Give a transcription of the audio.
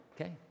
Okay